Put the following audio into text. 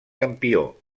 campió